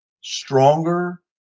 stronger